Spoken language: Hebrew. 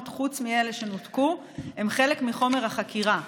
חוץ מאלה שנותקו הן חלק מחומר החקירה.